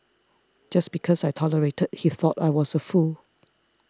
just because I tolerated he thought I was a fool